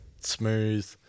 smooth